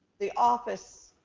the office,